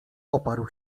oparł